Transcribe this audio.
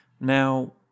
Now